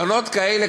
בנות כאלה,